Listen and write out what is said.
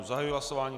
Zahajuji hlasování.